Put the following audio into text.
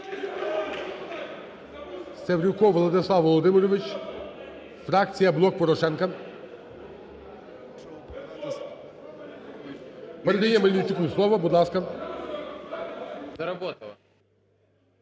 Севрюков Владислав Володимирович, фракція "Блок Порошенка". Передає Мельничуку слово. Будь ласка.